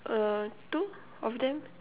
uh two of them